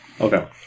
Okay